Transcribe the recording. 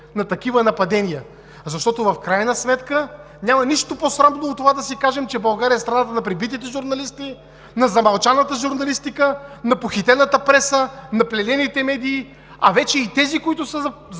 на такива нападения! Защото в крайна сметка няма нищо по-срамно от това да си кажем, че България е страната на пребитите журналисти, на замълчаната журналистика, на похитената преса, на пленените медии, а вече и тези, които са запазили